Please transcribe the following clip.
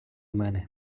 мене